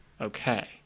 okay